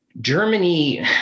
Germany